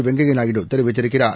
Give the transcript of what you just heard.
வெங்கய்யநாயுடுதெ ரிவித்திருக்கிறார்